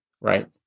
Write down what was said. right